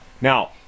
Now